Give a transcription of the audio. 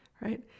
right